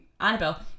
Annabelle